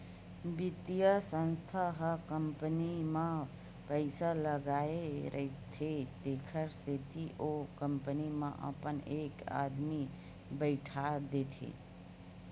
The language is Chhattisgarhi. बित्तीय संस्था ह कंपनी म पइसा लगाय रहिथे तेखर सेती ओ कंपनी म अपन एक आदमी बइठा देथे